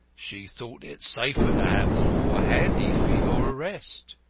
she thought it safer to have the law handy for your arrest.